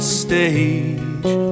stage